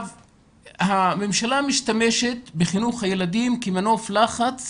הממשלה משתמשת בחינוך הילדים כמנוף לחץ